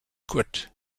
quit